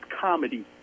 comedy